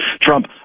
Trump